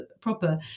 proper